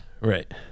Right